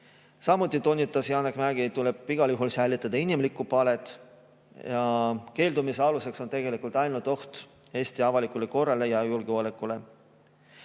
Samuti toonitas Janek Mägi, tuleb igal juhul säilitada inimlikku palet. Keeldumise aluseks on tegelikult ainult oht Eesti avalikule korrale ja julgeolekule.